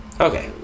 Okay